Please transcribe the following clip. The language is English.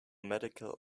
medical